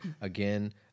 again